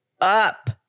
up